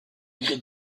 écrite